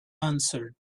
answered